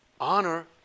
honor